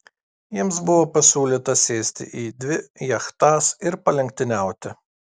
jiems buvo pasiūlyta sėsti į dvi jachtas ir palenktyniauti